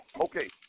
Okay